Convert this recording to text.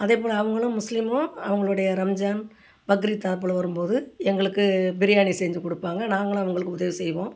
அதேபோல் அவங்களும் முஸ்லீமும் அவங்களுடைய ரம்ஜான் பக்ரீத் தாப்புல வரும்போது எங்களுக்கு பிரியாணி செஞ்சு கொடுப்பாங்க நாங்களும் அவங்களுக்கு உதவி செய்வோம்